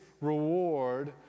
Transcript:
reward